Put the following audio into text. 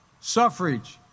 suffrage